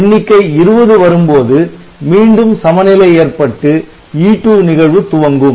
எண்ணிக்கை 20 வரும்போது மீண்டும் சம நிலை ஏற்பட்டு E2 நிகழ்வு துவங்கும்